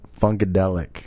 funkadelic